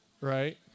right